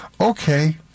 Okay